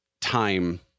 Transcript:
time